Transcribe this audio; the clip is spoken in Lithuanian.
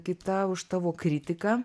kita už tavo kritiką